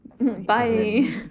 bye